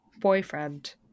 boyfriend